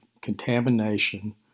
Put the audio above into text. contamination